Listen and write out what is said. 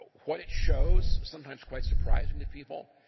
what it shows, sometimes quite surprising to people,